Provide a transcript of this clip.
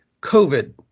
COVID